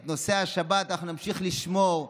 את נושא השבת אנחנו נמשיך לשמור,